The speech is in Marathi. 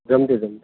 जमते जमते